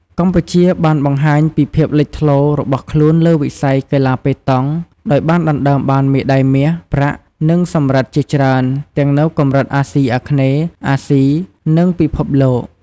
កម្ពុជាបានបង្ហាញពីភាពលេចធ្លោរបស់ខ្លួនលើវិស័យកីឡាប៉េតង់ ដោយបានដណ្ដើមបានមេដៃមាស ប្រាក់ និងសំរឹទ្ធជាច្រើនទាំងនៅកម្រិតអាស៊ីអាគ្នេយ៍ អាស៊ី និងពិភពលោក។